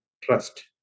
trust